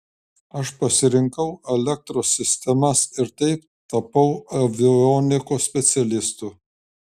aš pasirinkau elektros sistemas ir taip tapau avionikos specialistu